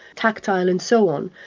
tactile and so on,